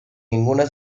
ninguna